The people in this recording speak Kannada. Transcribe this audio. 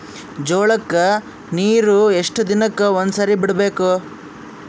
ಜೋಳ ಕ್ಕನೀರು ಎಷ್ಟ್ ದಿನಕ್ಕ ಒಂದ್ಸರಿ ಬಿಡಬೇಕು?